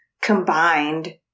combined